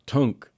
Tunk